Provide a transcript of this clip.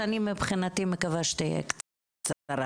שאני מבחינתי מקווה שתהיה קצרה,